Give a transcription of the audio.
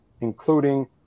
including